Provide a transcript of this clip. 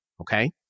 okay